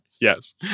Yes